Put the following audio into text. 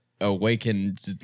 awakened